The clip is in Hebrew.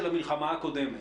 של המלחמה הקודמת.